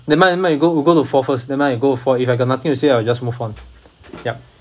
never mind never mind you go go to four first never mind you go to four if I got nothing to say I will just move on ya